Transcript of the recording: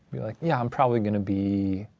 you're like yeah, i'm probably gonna be